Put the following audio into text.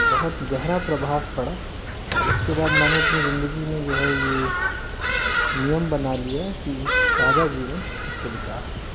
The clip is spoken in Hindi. बहुत गहरा प्रभाव पड़ा और उसके बाद मैंने अपनी ज़िंदगी में जो है यह नियम बना लिया कि सादा जीवन उच्च विचार